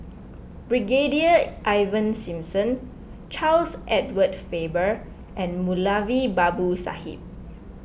Brigadier Ivan Simson Charles Edward Faber and Moulavi Babu Sahib